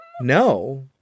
No